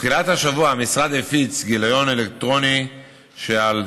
בתחילת השבוע המשרד הפיץ גיליון אלקטרוני של "על